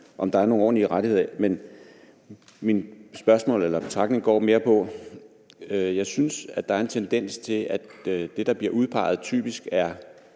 om der er nogle ordentlige rettigheder. Men min betragtning går mere på, at jeg synes, at der er en tendens til, at det, der bliver udpeget, typisk er